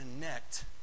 connect